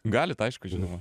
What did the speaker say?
galit aišku žinoma